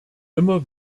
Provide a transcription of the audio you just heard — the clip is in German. immer